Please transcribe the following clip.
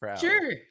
sure